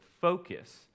focus